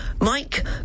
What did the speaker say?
Mike